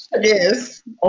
Yes